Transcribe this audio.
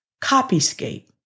Copyscape